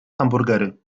hamburgery